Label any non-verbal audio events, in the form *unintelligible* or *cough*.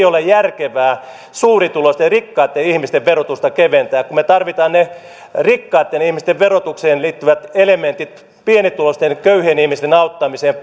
*unintelligible* ole järkevää suurituloisten ja rikkaitten ihmisten verotusta keventää kun me tarvitsemme ne rikkaitten ihmisten verotukseen liittyvät elementit pienituloisten köyhien ihmisten auttamiseen *unintelligible*